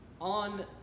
on